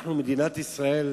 אנחנו, מדינת ישראל,